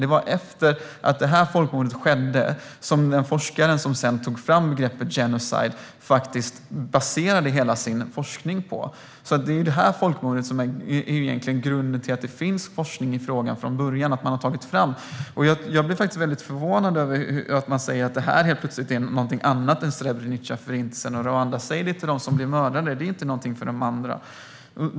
Det var efter att detta folkmord skedde som en forskare tog fram begreppet "genocide" och baserade hela sin forskning på det. Det är detta folkmord som egentligen är grunden till att det finns forskning i frågan. Jag blir faktiskt mycket förvånad över att man helt plötsligt säger att detta är någonting annat än Srebrenicaförintelsen och det som hände i Rwanda. Säg det till de anhöriga till dem som blev mördade. Det är inte någonting för de andra.